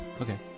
okay